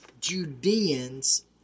Judeans